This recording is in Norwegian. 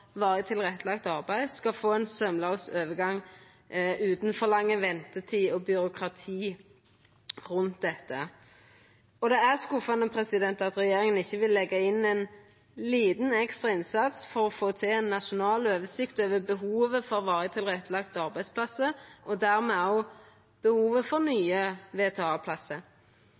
varig tilrettelagt arbeid, skal få ein saumlaus overgang utan for lang ventetid og byråkrati rundt dette. Det er skuffande at regjeringa ikkje vil leggja inn ein liten ekstra innsats for å få til ein nasjonal oversikt over behovet for varig tilrettelagde arbeidsplassar, og dermed òg behovet for nye